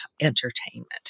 entertainment